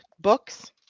books